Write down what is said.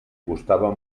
costaven